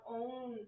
own